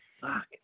Fuck